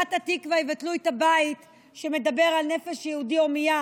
בשירת התקווה יבטלו את הבית שמדבר על נפש יהודי הומייה